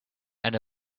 and